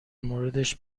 موردش